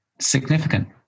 significant